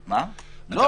נוסף.